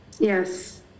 Yes